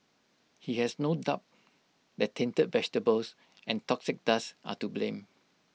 he has no doubt that tainted vegetables and toxic dust are to blame